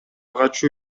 качуу